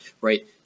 right